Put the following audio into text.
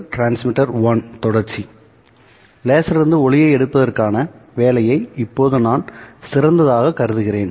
லேசரிலிருந்து ஒளியை எடுப்பதற்கான வேலையை இப்போது நான் சிறந்ததாக கருதுகிறேன்